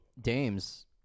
Dames